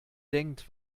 denkt